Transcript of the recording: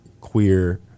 queer